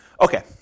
Okay